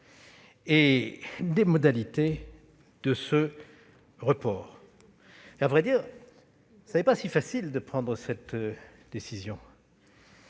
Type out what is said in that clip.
et des modalités de ce report. À vrai dire, il n'est pas si facile de prendre une telle décision.